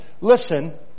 listen